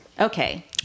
Okay